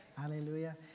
Hallelujah